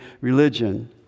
religion